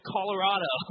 Colorado